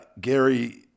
Gary